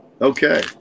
Okay